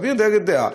דעה,